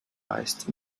meist